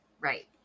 Right